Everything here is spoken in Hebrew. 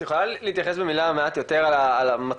את יכולה להתייחס מעט יותר על המצב